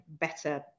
better